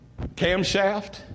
camshaft